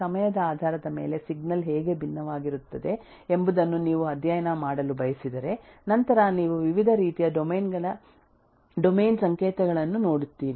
ಸಮಯದ ಆಧಾರದ ಮೇಲೆಸಿಗ್ನಲ್ ಹೇಗೆ ಭಿನ್ನವಾಗಿರುತ್ತದೆ ಎಂಬುದನ್ನು ನೀವು ಅಧ್ಯಯನ ಮಾಡಲು ಬಯಸಿದರೆ ನಂತರ ನೀವು ವಿವಿಧ ರೀತಿಯ ಡೊಮೇನ್ ಸಂಕೇತಗಳನ್ನು ನೋಡುತ್ತೀರಿ